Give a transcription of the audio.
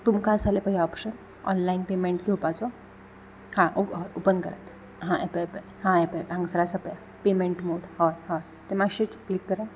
तुमकां आसा जाल्या पया ऑप्शन ऑनलायन पेमेंट घेवपाचो हा ओपन करात हां एपय एपय हां एपय हांगासर आसा पय पेमेंट मोड हय हय तें मातशें क्लीक करात